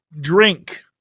Drink